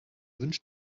wünsch